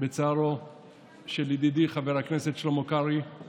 בצערו של ידידי חבר הכנסת שלמה קרעי על